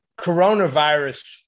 Coronavirus